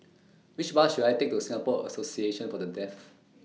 Which Bus should I Take to Singapore Association For The Deaf